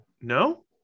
No